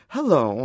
Hello